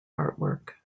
artwork